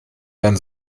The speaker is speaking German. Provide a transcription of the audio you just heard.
dann